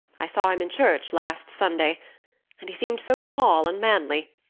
i saw him in church last sunday and he seemed so tall and manly.